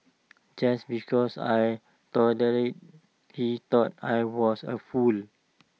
just because I tolerated he thought I was A fool